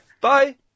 Bye